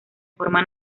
forma